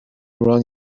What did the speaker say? run